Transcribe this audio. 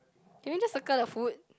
can you just circle the foot